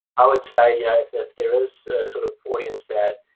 i would say yeah if if there is a sort of audience that